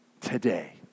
today